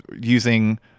using